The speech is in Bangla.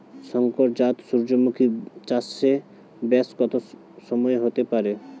শংকর জাত সূর্যমুখী চাসে ব্যাস কত সময় হতে পারে?